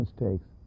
mistakes